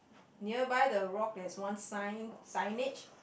nearby the rock there is one sign signage